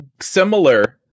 similar